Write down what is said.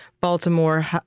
Baltimore